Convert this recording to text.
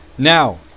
Now